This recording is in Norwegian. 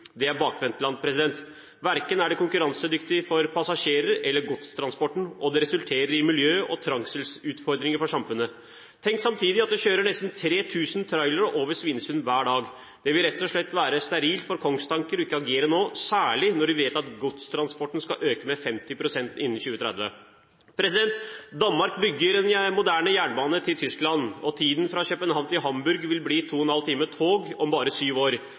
Det er bakvendtland. Det er ikke konkurransedyktig verken for passasjerer eller for godstransporten, og det resulterer i miljø- og trengselsutfordringer for samfunnet. Tenk samtidig at det kjører nesten 3 000 trailere over Svinesund hver dag. Det vil rett og slett være sterilt for kongstanker ikke å agere nå, særlig når vi vet at godstransporten skal øke med 50 pst. innen 2030. Danmark bygger en moderne jernbane til Tyskland, og reisetiden fra København til Hamburg vil bli 2,5 timer med tog om bare 7 år.